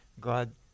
God